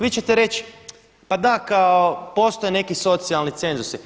Vi ćete reći, pa da kao postoje neki socijalni cenzusi.